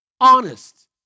honest